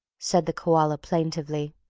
said the koala, plaintively.